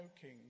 king